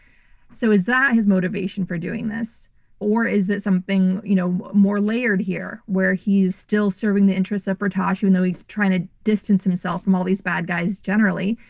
so, is that his motivation for doing this or is that something you know more layered here? where he's still serving the interests of firtash even though he's trying to distance himself from all these bad guys generally.